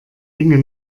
dinge